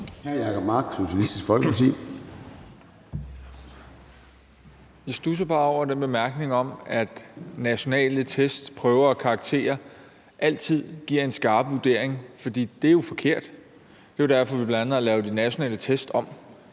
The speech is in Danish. Jeg studser bare over den bemærkning om, at nationale test, prøver og karakterer altid giver en skarp vurdering, for det er jo forkert. Det er derfor, vi bl.a. laver de nationale test om.